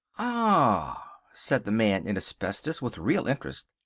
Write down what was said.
ah, said the man in asbestos, with real interest.